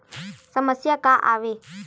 समस्या का आवे?